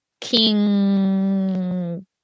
King